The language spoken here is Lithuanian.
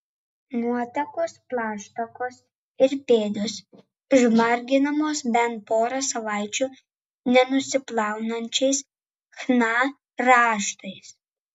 nuotakos plaštakos ir pėdos išmarginamos bent porą savaičių nenusiplaunančiais chna raštais